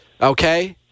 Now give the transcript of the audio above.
Okay